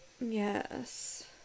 Yes